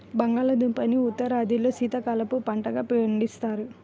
బంగాళాదుంపని ఉత్తరాదిలో శీతాకాలపు పంటగా పండిస్తారు